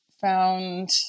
found